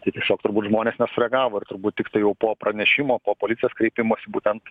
tai tiesiog turbūt žmonės nesureagavo ir turbūt tiktai jau po pranešimo po policijos kreipimosi būtent